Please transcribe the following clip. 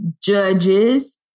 judges